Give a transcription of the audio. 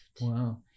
Wow